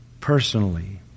personally